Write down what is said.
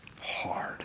hard